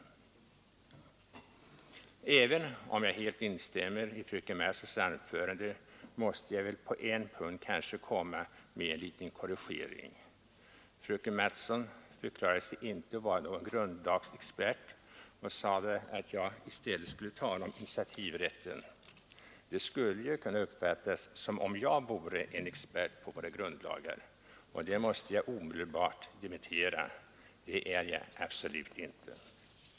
Även om jag helt instämmer i fröken Mattsons anförande måste jag på en punkt göra en liten korrigering. Fröken Mattson förklarade sig inte vara någon grundlagsexpert och sade att jag skulle tala om initiativrätten. Det skulle kunna uppfattas som om jag vore en expert på våra grundlagar, och det måste jag omedelbart dementera — det är jag absolut inte.